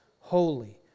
Holy